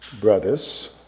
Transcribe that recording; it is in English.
brothers